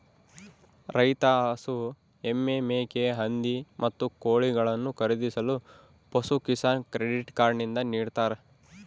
ರೈತ ಹಸು, ಎಮ್ಮೆ, ಮೇಕೆ, ಹಂದಿ, ಮತ್ತು ಕೋಳಿಗಳನ್ನು ಖರೀದಿಸಲು ಪಶುಕಿಸಾನ್ ಕ್ರೆಡಿಟ್ ಕಾರ್ಡ್ ನಿಂದ ನಿಡ್ತಾರ